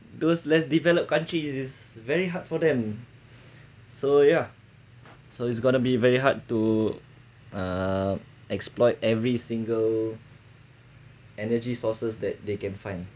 those less developed countries is very hard for them so yeah so it's gonna be very hard to uh exploit every single energy sources that they can find